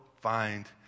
find